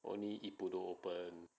only ippudo open